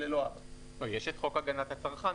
יש את חוק הגנת הצרכן